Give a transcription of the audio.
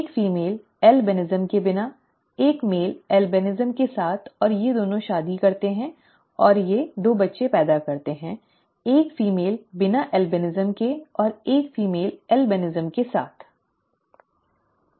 एक female albinism के बिना एक मेल ऐल्बिनिज़म के साथ और ये दोनों शादी करते हैं और वे 2 बच्चे पैदा करते हैं एक फीमेल बिना ऐल्बिनिज़म के और एक फीमेल ऐल्बिनिज़म के साथओके